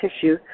tissue